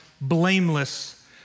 blameless